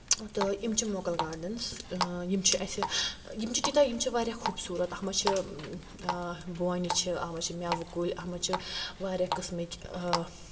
تہٕ یِم چھِ موکَل گاڈنٕز یِم چھِ اَسہِ یِم چھِ تیٖتیاہ یِم چھِ واریاہ خوٗبصوٗرت اَتھ منٛز چھِ بونہِ چھِ اَتھ منٛز چھِ مٮ۪وٕ کُلۍ اَتھ منٛز چھِ واریاہ قٕسمٕکۍ